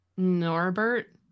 Norbert